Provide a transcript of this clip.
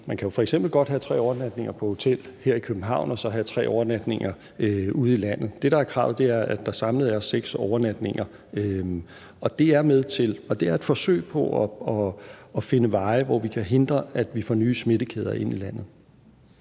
Man kan f.eks. godt have tre overnatninger på hotel her i København og så have tre overnatninger ude i landet. Det, der er kravet, er, at der samlet er seks overnatninger, og det er et forsøg på at finde veje, hvor vi kan hindre, at vi får nye smittekæder ind i landet.